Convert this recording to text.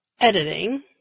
Editing